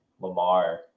Lamar